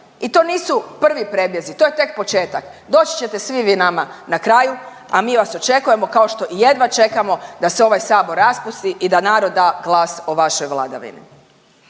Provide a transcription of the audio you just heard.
I to nisu prvi prebjezi, to je tek početak, doći ćete svi vi nama na kraju, a mi vas očekujemo kao što i jedva čekamo da se ovaj sabor raspusti i da narod da glas o vašoj vladavini.